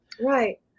Right